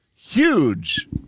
huge